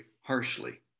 harshly